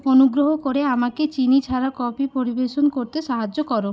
অনুগ্রহ করে আমাকে চিনি ছাড়া কফি পরিবেশন করতে সাহায্য করো